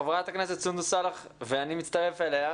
חברת הכנסת סונדוס סאלח ואני מצטרף אליה,